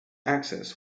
access